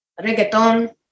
reggaeton